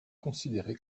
considéré